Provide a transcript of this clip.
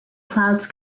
clouds